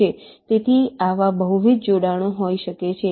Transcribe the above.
તેથી આવા બહુવિધ જોડાણો હોઈ શકે છે